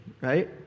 right